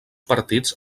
partits